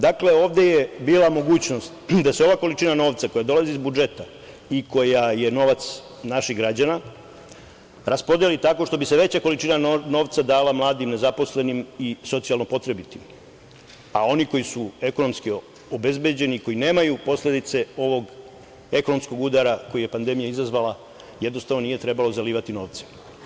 Dakle, ovde je bila mogućnost da se ova količina novca koja dolazi iz budžeta i koja je novac naših građana raspodeli tako što bi se veća količina novca dala mladim nezaposlenim i socijalno potrebitim, a oni koji su ekonomski obezbeđeni, koji nemaju posledice ovog ekonomskog udara koji je pandemija izazvala, jednostavno nije trebalo zalivati novcem.